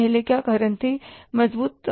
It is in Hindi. पहले क्या कारण था